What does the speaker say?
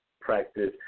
practice